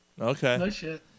Okay